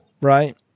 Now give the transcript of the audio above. right